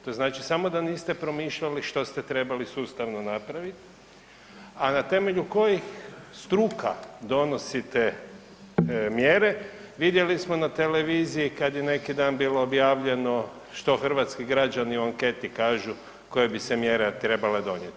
To znači samo da niste promišljali što ste trebali sustavno napraviti a na temelju kojih struka donosite mjere vidjeli smo na televiziji kad je neki dan bilo objavljeno što hrvatski građani u anketi kažu koje bi se mjere trebale donijeti.